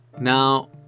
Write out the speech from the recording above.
Now